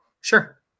sure